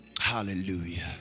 Hallelujah